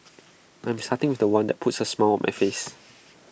I'm starting with The One that puts A smile my face